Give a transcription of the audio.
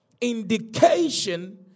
indication